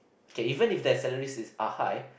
okay even if their salaries is are high